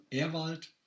Erwald